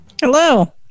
Hello